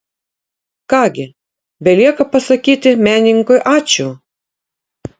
ką gi belieka pasakyti menininkui ačiū